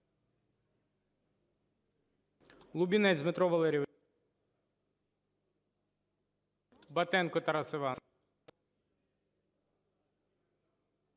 Лубінець Дмитро Валерійович. Батенко Тарас Іванович.